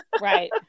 Right